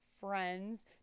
friends